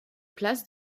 place